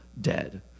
dead